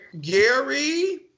Gary